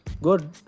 good